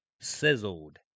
sizzled